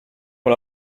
con